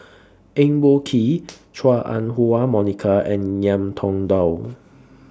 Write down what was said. Eng Boh Kee Chua Ah Huwa Monica and Ngiam Tong Dow